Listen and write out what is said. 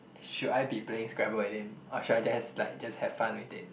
should I be playing scrabble with them or should I just like just have fun with it